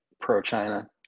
pro-China